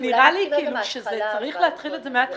נראה לי שצריך להתחיל את זה מהתחלה.